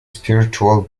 spiritual